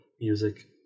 music